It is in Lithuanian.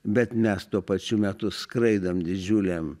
bet mes tuo pačiu metu skraidom didžiulėm